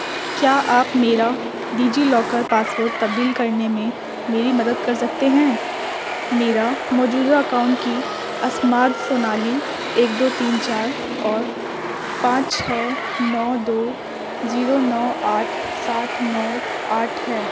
کیا آپ میرا ڈیجی لاکر پاس ورڈ تبدیل کرنے میں میری مدد کر سکتے ہیں میرا موجودہ اکاؤنٹ کی اسماد سونالی ایک دو تین چار اور پانچ چھ نو دو زیرو نو آٹھ سات نو آٹھ ہے